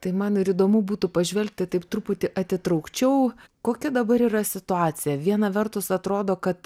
tai man ir įdomu būtų pažvelgti taip truputį atitraukčiau kokia dabar yra situacija viena vertus atrodo kad